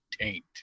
taint